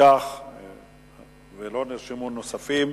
לא נרשמו נוספים.